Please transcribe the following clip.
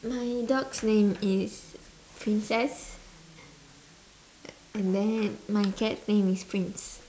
my dog's name is princess and then my cat's name is prince